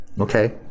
Okay